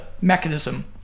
mechanism